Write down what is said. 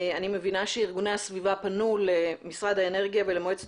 אני מבינה שארגוני הסביבה פנו למשרד האנרגיה ולמועצת